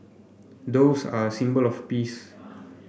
doves are a symbol of peace